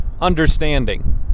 understanding